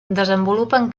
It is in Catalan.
desenvolupen